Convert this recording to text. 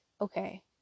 okay